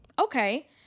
Okay